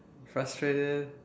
frustrated